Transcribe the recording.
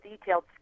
detailed